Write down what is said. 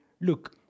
Look